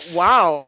wow